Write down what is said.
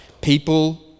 People